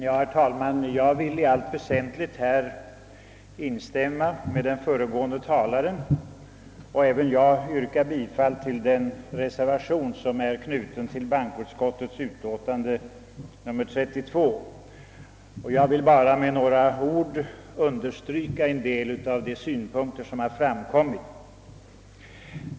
Herr talman! Jag vill i allt väsentligt instämma med den föregående talaren och yrka bifall till den reservation som är knuten till bankoutskottets utlåtande nr 32. Jag vill bara med några ord understryka en del av de synpunkter som har framkommit.